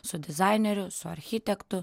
su dizaineriu su architektu